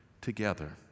together